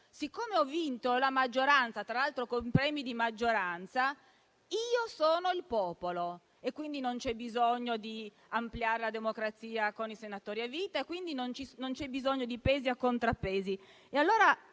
siccome ha ottenuto la maggioranza, tra l'altro con premi di maggioranza, è il popolo, quindi non c'è bisogno di ampliare la democrazia con i senatori a vita, né di pesi e contrappesi.